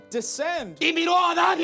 descend